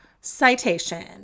citation